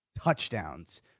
touchdowns